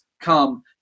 come